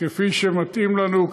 כפי שמתאים לנו,